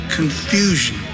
confusion